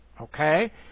Okay